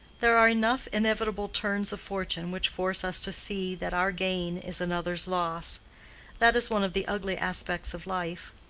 there are enough inevitable turns of fortune which force us to see that our gain is another's loss that is one of the ugly aspects of life.